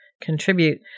contribute